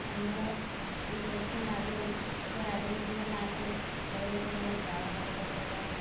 ଆମର ଇଲେକ୍ସନ୍ ଆଗରୁ ରାଜନୀତି ବାଲା ଆସିବେ କହିବେ ତୁମର ଚାଉଳ କାର୍ଡ଼ କରିଦବା